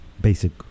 basic